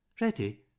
Ready